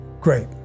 Great